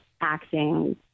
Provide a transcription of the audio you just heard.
acting